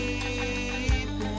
deep